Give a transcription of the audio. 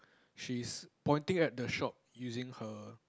she's pointing at the shop using her